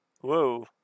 Whoa